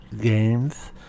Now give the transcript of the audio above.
games